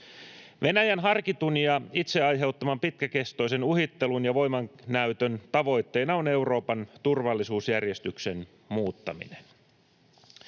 Venäjän harkitun ja itse aiheuttaman pitkäkestoisen uhittelun ja voimannäytön tavoitteena on Euroopan turvallisuusjärjestyksen muuttaminen.